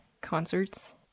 concerts